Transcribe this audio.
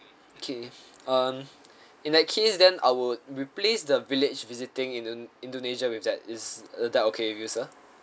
okay um in that case then I will replace the village visiting in indonesia with that is that okay with you sir